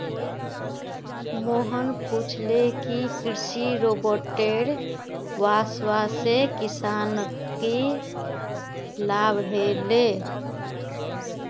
मोहन पूछले कि कृषि रोबोटेर वस्वासे किसानक की लाभ ह ले